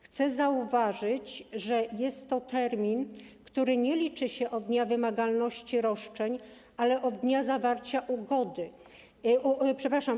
Chcę zauważyć, że jest to termin, który nie liczy się od dnia wymagalności roszczeń, ale od dnia zawarcia umowy.